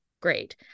Great